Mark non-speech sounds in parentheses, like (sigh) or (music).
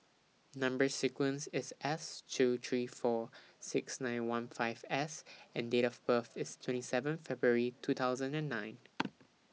Number sequence IS S two three four six nine one five S and Date of birth IS twenty seven February two thousand and nine (noise)